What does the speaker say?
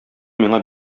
миңа